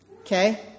okay